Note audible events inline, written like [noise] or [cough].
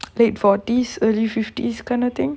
[noise] late forties late fifties kind of thing